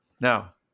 Now